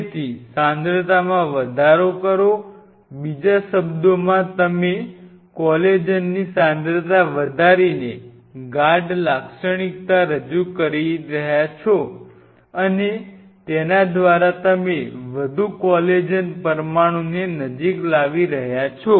તેથી સાંદ્રતામાં વધારો કરો બીજા શબ્દોમાં તમે કોલેજનની સાંદ્રતા વધારીને ઘાઢ લાક્ષણિકતા રજૂ કરી રહ્યા છો અને તેના દ્વારા તમે વધુ કોલેજન પરમાણુને નજીક લાવી રહ્યા છો